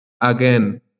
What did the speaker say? again